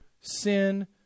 sin